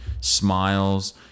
smiles